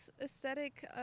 aesthetic